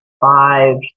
five